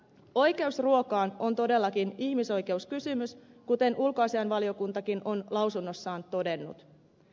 oikeus ruokaan on todellakin ihmisoikeuskysymys kuten ulkoasiainvaliokuntakin on lausunnossaan todennut